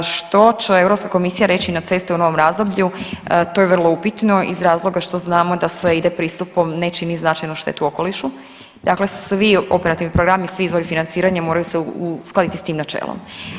Što će Europska komisija reći na ceste u novom razdoblju to je vrlo upitno iz razloga što znamo da sve ide pristupom ne čini značajnu štetu okolišu, dakle svi operativni programi, svi izvori financiranja moraju se uskladiti s tim načelom.